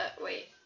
wait